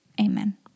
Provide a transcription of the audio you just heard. Amen